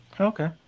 Okay